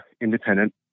independent